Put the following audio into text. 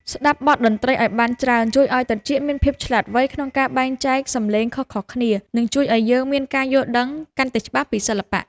ស្ដាប់បទតន្ត្រីឱ្យបានច្រើនជួយឱ្យត្រចៀកមានភាពវៃឆ្លាតក្នុងការបែងចែកសម្លេងខុសៗគ្នា និងជួយឱ្យយើងមានការយល់ដឹងកាន់តែច្បាស់ពីសិល្បៈ។